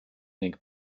ning